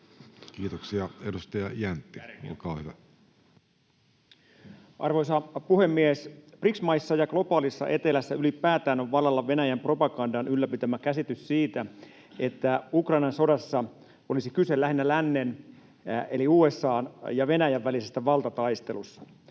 Kiitoksia. — Edustaja Jäntti, olkaa hyvä. Arvoisa puhemies! BRICS-maissa ja globaalissa etelässä ylipäätään on vallalla Venäjän propagandan ylläpitämä käsitys siitä, että Ukrainan sodassa olisi kyse lähinnä lännen eli USA:n ja Venäjän välisestä valtataistelusta.